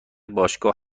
باشگاه